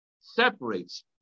separates